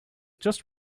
just